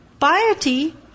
Piety